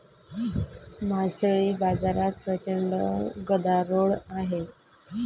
मासळी बाजारात प्रचंड गदारोळ आहे